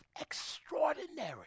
extraordinary